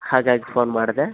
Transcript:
ಹಾಗಾಗಿ ಫೋನ್ ಮಾಡಿದೆ